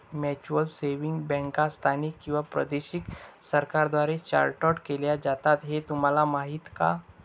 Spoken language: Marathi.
म्युच्युअल सेव्हिंग्ज बँका स्थानिक किंवा प्रादेशिक सरकारांद्वारे चार्टर्ड केल्या जातात हे तुम्हाला माहीत का?